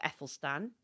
Ethelstan